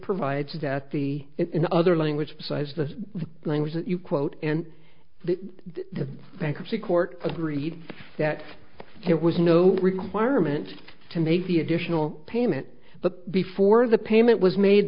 provides that the in other language size the language that you quote and the bankruptcy court agreed that there was no requirement to make the additional payment but before the payment was made